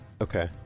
Okay